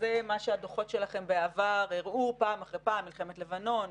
שזה מה שהדוחות שלכם בעבר הראו פעם אחרי פעם מלחמת לבנון,